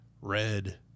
red